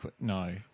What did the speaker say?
No